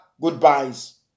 goodbyes